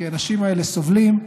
כי האנשים האלה סובלים,